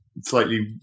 slightly